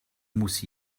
muss